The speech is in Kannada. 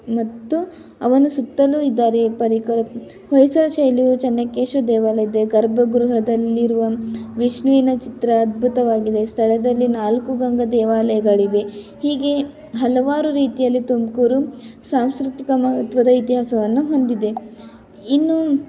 ಮತ್ತು ಅವನು ಸುತ್ತಲೂ ಇದ್ದಾರೆ ಪರಿಕ ಹೊಯ್ಸಳ ಶೈಲಿಯು ಚೆನ್ನಕೇಶವ ದೇವಾಲಯದ ಗರ್ಭಗೃಹದಲ್ಲಿರುವ ವಿಷ್ಣುವಿನ ಚಿತ್ರ ಅದ್ಭುತವಾಗಿದೆ ಸ್ಥಳದಲ್ಲಿ ನಾಲ್ಕು ಗಂಗ ದೇವಾಲಯಗಳಿವೆ ಹೀಗೆ ಹಲವಾರು ರೀತಿಯಲ್ಲಿ ತುಮಕೂರು ಸಾಂಸ್ಕೃತಿಕ ಮಹತ್ವದ ಇತಿಹಾಸವನ್ನು ಹೊಂದಿದೆ ಇನ್ನೂ